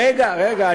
רגע, רגע.